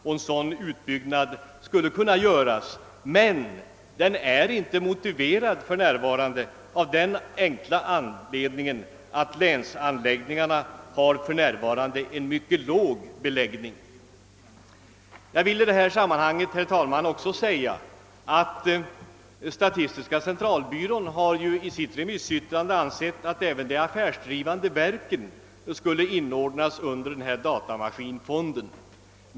En sådan utbyggnad är emellertid inte motiverad för närvarande av den enkla anledningen att länsstyrelsernas anläggningar just nu har en mycket låg beläggning. Jag vill i sammanhanget också erinra om vad statistiska centralbyrån skrivit i sitt remissyttrande, nämligen att även de affärsdrivande verken borde inordnas under datamaskinfonden.